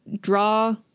draw